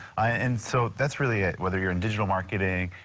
ah and so that's really whether you're in digital marketing,